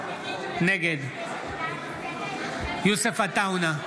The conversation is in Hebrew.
נגד יוסף עטאונה,